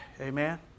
amen